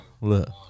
Look